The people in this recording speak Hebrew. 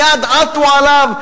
מייד עטו עליו,